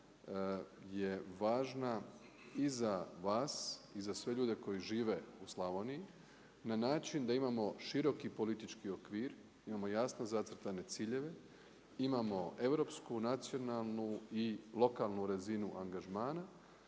je važna i za vas i za sve ljude koje žive u Slavoniji, na način da imamo široki politički okvir, imamo jasno zacrtane ciljeve, imamo europsku, nacionalnu i lokalnu razinu angažmana,